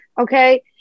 okay